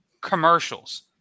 commercials